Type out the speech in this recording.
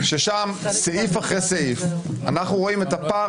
ששם סעיף אחרי סעיף אנחנו רואים את הפער